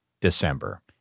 December